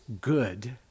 good